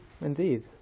Indeed